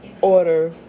order